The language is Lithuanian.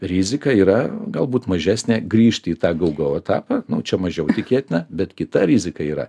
rizika yra galbūt mažesnė grįžti į tą gau gau etapą čia mažiau tikėtina bet kita rizika yra